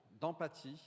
d'empathie